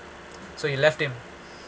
so he left him